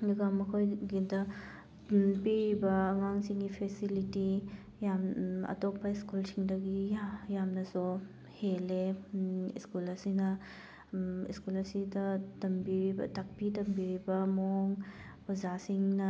ꯑꯗꯨꯒ ꯃꯈꯣꯏꯒꯤꯗ ꯄꯤꯔꯤꯕ ꯑꯉꯥꯡꯁꯤꯡꯒꯤ ꯐꯦꯁꯤꯂꯤꯇꯤ ꯌꯥꯝ ꯑꯇꯣꯞꯄ ꯁ꯭ꯀꯨꯜꯁꯤꯡꯗꯒꯤ ꯌꯥꯝꯅꯁꯨ ꯍꯦꯜꯂꯦ ꯁ꯭ꯀꯨꯜ ꯑꯁꯤꯅ ꯁ꯭ꯀꯨꯜ ꯑꯁꯤꯗ ꯇꯝꯕꯤꯔꯤꯕ ꯇꯥꯛꯄꯤ ꯇꯝꯕꯤꯔꯤꯕ ꯃꯑꯣꯡ ꯑꯣꯖꯥꯁꯤꯡꯅ